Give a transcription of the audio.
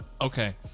okay